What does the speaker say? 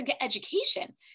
education